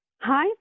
Hi